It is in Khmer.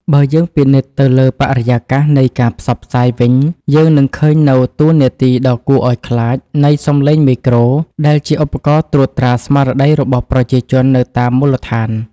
បើយើងពិនិត្យទៅលើបរិយាកាសនៃការផ្សព្វផ្សាយវិញ យើងនឹងឃើញនូវតួនាទីដ៏គួរឱ្យខ្លាចនៃ សំឡេងមេក្រូ ដែលជាឧបករណ៍ត្រួតត្រាស្មារតីរបស់ប្រជាជននៅតាមមូលដ្ឋាន។